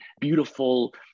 beautiful